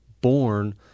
born